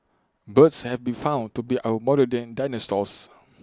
birds have been found to be our modern day dinosaurs